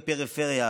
בפריפריה,